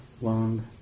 long